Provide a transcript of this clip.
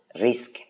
risk